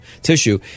tissue